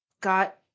got